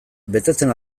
betetzen